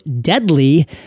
deadly